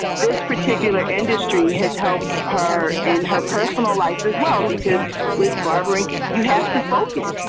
this particular industry has helped are in her personal life as well, because with barbering, you have to focus.